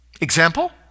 Example